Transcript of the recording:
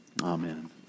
Amen